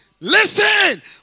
listen